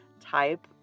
type